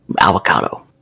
avocado